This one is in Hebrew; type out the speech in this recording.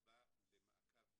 הוא בא למעקב איתי,